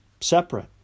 separate